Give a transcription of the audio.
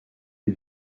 les